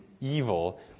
evil